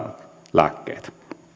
lääkkeet